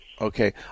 Okay